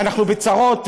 אנחנו בצרות,